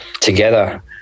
together